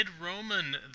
Roman